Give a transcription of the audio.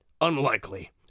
Unlikely